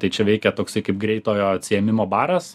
tai čia veikia toksai kaip greitojo atsiėmimo baras